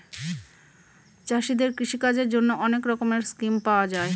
চাষীদের কৃষিকাজের জন্যে অনেক রকমের স্কিম পাওয়া যায়